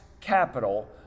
capital